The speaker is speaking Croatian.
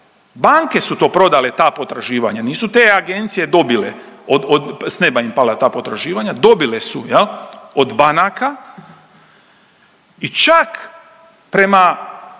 banke su to prodale, pa potraživanja, nisu te agencije dobile od, od, s neba im pala ta potraživanja, dobile su od banaka i čak prema